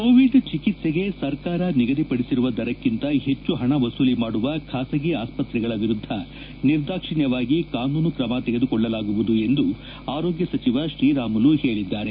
Covid ಚಿಕಿತ್ಸೆಗೆ ಸರ್ಕಾರ ನಿಗದಿಪಡಿಸಿರುವ ದರಕ್ಕಿಂತ ಹೆಚ್ಚು ಹಣ ವಸೂಲಿ ಮಾಡುವ ಖಾಸಗಿ ಆಸ್ಪತ್ರೆಗಳ ವಿರುದ್ದ ನಿರ್ಧಾಕ್ಷಿಣ್ಯವಾಗಿ ಕಾನೂನು ತ್ರಮ ತೆಗೆದುಕೊಳ್ಳಲಾಗುವುದು ಎಂದು ಆರೋಗ್ಯ ಸಚಿವ ತ್ರೀರಾಮುಲು ಹೇಳದ್ದಾರೆ